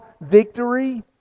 victory